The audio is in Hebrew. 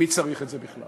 מי צריך את זה בכלל.